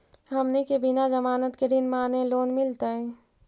हमनी के बिना जमानत के ऋण माने लोन मिलतई?